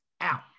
out